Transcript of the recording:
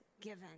given